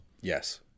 Yes